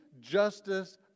justice